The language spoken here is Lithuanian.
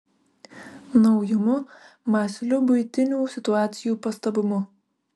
naujumu mąsliu buitinių situacijų pastabumu